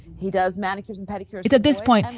he does manicures and pedicures. at this point,